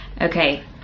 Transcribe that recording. Okay